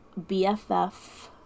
BFF